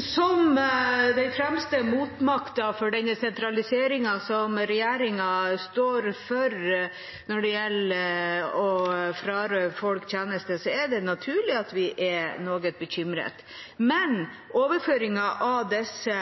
Som den fremste motmakten mot denne sentraliseringen som regjeringen står for når det gjelder å frarøve folk tjenester, er det naturlig at vi er noe bekymret. Men overføringen av disse